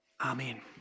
Amen